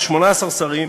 על 18 שרים,